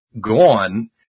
gone